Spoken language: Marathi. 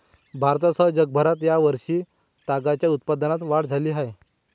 भारतासह जगभरात या वर्षी तागाच्या उत्पादनात वाढ झाली आहे